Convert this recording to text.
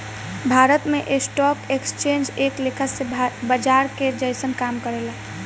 भारत में stock exchange एक लेखा से बाजार के जइसन काम करेला